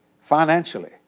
financially